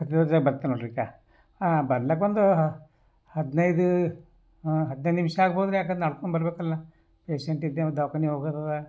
ಹಗುರ್ಗ ಬರ್ತೆ ನೋಡ್ರೀಗ ಬರ್ಲ್ಯಾಕ ಒಂದು ಹದ್ನೈದು ಹದ್ನೈದು ನಿಮಿಷ ಆಗ್ಬೋದ್ರಿ ಯಾಕಂದ್ರೆ ನಡ್ಕೊಂಡು ಬರಬೇಕಲ್ಲ ಪೇಷಂಟಿದ್ದೇವು ದವಾಖಾನಿ ಹೋಗೋದದ